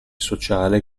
sociale